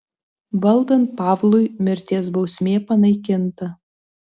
valdant pavlui mirties bausmė panaikinta